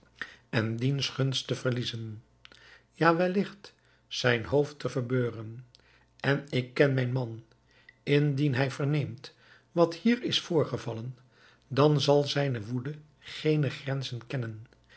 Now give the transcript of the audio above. en diens gunst te verliezen ja welligt zijn hoofd te verbeuren en ik ken mijn man indien hij verneemt wat hier is voorgevallen dan zal zijne woede geene grenzen kennen